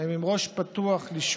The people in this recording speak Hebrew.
הן עם ראש פתוח לשמוע,